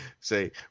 say